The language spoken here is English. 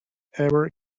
ever